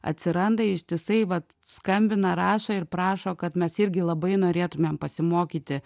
atsiranda ištisai vat skambina rašo ir prašo kad mes irgi labai norėtumėm pasimokyti